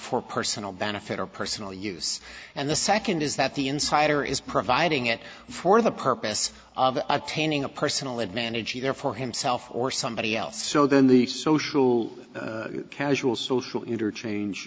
for personal benefit or personal use and the second is that the insider is providing it for the purpose of attaining a personal advantage either for himself or somebody else so then the social casual social interchange